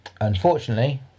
Unfortunately